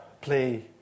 play